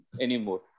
anymore